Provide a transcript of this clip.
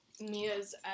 Mia's